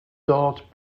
dort